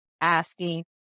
asking